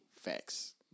Facts